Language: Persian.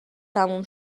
تموم